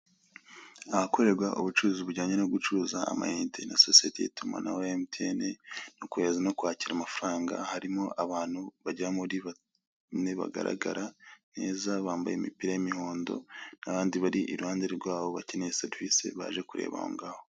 Ahakorerwa ubucuruzi bujyanye no gucuruza amayinite na sosiyete y'itumanaho ya emutiyeni no kohereza no kwakira amafaranga harimo abantu bagera muri bane bagaragara neza bambaye imipira y'imihondo n'abandi bari iruhande rwabo bakeneye serivise baje kureba aho ngaho.